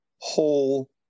whole